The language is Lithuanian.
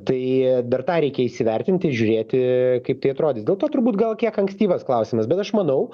tai dar tą reikia įsivertinti žiūrėti kaip tai atrodys dėl to turbūt gal kiek ankstyvas klausimas bet aš manau